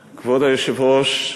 היושב-ראש,